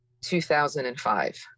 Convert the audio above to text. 2005